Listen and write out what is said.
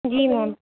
جی میم